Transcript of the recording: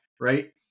right